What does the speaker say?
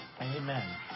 Amen